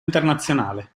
internazionale